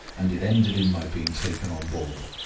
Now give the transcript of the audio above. and it ended in my being taken on board.